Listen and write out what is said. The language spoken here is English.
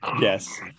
Yes